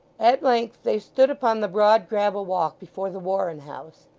at length they stood upon the broad gravel-walk before the warren-house.